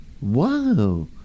Wow